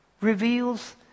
reveals